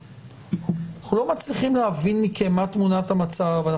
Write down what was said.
אנחנו לא מצליחים להבין מכם מה תמונת המצב.